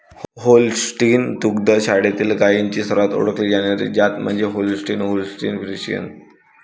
Holstein दुग्ध शाळेतील गायींची सर्वात ओळखली जाणारी जात म्हणजे होल्स्टीन होल्स्टीन फ्रिशियन